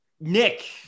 Nick